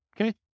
Okay